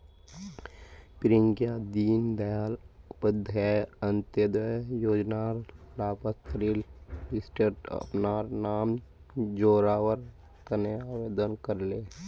प्रियंका दीन दयाल उपाध्याय अंत्योदय योजनार लाभार्थिर लिस्टट अपनार नाम जोरावर तने आवेदन करले